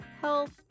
health